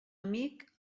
amic